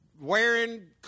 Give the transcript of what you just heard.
Wearing